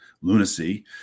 lunacy